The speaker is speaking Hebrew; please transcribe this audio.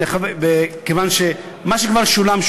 כיוון שמה שכבר שולם,